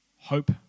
hope